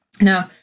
Now